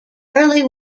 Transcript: early